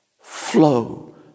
flow